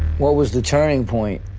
what was the turning point?